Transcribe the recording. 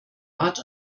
art